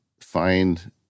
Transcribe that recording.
find